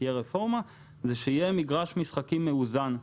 שתהיה רפורמה שיהיה מגרש משחקים מאוזן.